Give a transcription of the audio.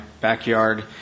backyard